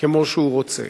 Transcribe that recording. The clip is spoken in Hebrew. כמו שהוא רוצה